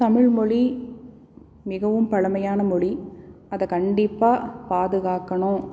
தமிழ் மொழி மிகவும் பழமையான மொழி அதை கண்டிப்பாக பாதுகாக்கணும்